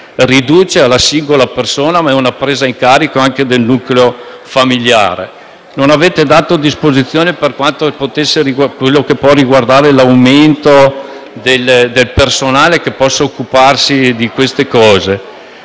riduce alla singola persona, ma è una presa in carico anche del nucleo familiare. Non avete poi dato disposizioni per quanto riguarda l'aumento del personale che dovrà occuparsi di queste cose.